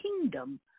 kingdom